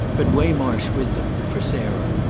but waymarsh with them for sarah.